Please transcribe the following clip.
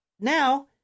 Now